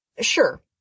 Sure